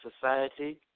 society